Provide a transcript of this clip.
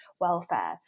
welfare